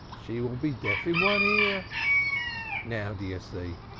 she will be deaf in one ear now, do you see?